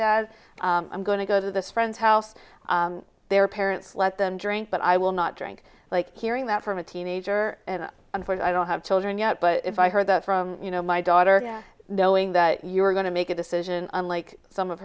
dad i'm going to go to this friend's house their parents let them drink but i will not drink like hearing that from a teenager and for that i don't have children yet but if i heard that from you know my daughter knowing that you were going to make a decision unlike some of